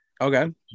Okay